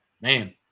man